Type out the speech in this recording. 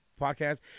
podcast